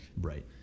Right